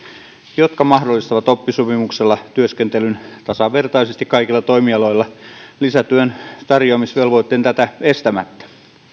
jotka mahdollistavat oppisopimuksella työskentelyn tasavertaisesti kaikilla toimialoilla lisätyön tarjoamisvelvoitteen tätä estämättä